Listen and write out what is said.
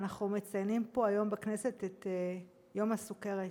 אנחנו מציינים היום פה בכנסת את יום הסוכרת,